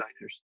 designers